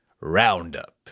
Roundup